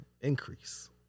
increase